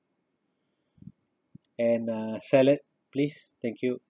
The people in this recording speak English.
and uh salad please thank you